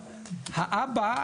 האבא,